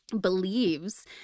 believes